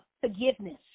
forgiveness